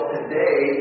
today